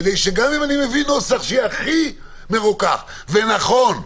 כדי שגם אם אני מביא נוסח שיהיה הכי מרוכך ונכון,